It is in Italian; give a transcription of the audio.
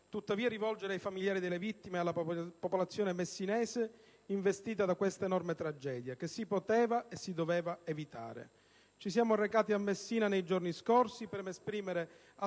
tuttavia rivolgere ai familiari delle vittime e alla popolazione messinese investita da questa enorme tragedia, che si poteva e si doveva evitare. Ci siamo recati a Messina nei giorni scorsi per esprimere